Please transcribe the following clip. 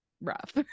rough